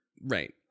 Right